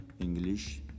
English